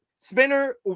Spinner